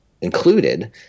included